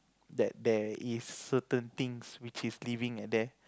that there is certain things which is leaving at there